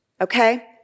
okay